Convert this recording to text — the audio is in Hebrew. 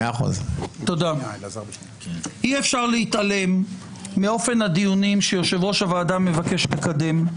אי אפשר להתעלם מאופן הדיונים שיושב-ראש הוועדה מבקש לקדם.